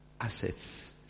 assets